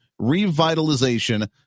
revitalization